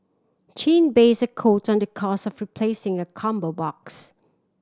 chin based the quote the cost of replacing a combo box